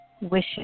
wishes